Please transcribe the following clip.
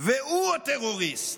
והוא הטרוריסט.